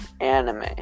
anime